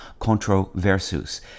controversus